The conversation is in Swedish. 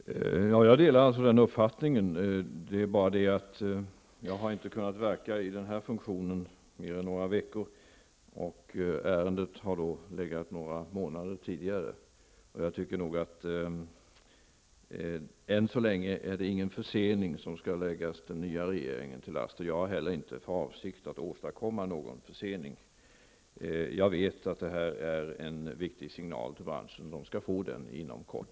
Herr talman! Jag delar den uppfattning. Jag har emellertid inte kunnat verka i den här funktionen mer än några veckor, och ärendet har legat på regeringens bord sedan några månader. Jag tycker nog att det än så länge inte är fråga om någon försening som skall läggas den nya regeringen till last, och jag har heller inte fått för avsikt att åstadkomma någon försening. Jag vet att detta är en viktig signal till branschen, och branschen skall få den signalen inom kort.